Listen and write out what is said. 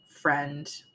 friend